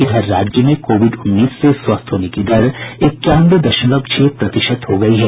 इधर राज्य में कोविड उन्नीस से स्वस्थ होने की दर इक्यानवे दशमलव छह प्रतिशत हो गयी है